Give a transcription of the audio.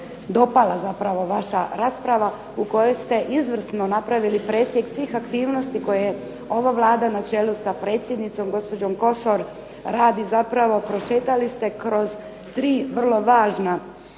dopala zapravo vaša rasprava, u kojoj ste izvrsno napravili presjek svih aktivnosti koje je ova Vlada, na čelu sa predsjednicom gospođom Kosor, radi zapravo, prošetali ste kroz tri vrlo važna